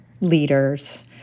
leaders